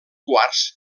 quarts